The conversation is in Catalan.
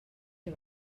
què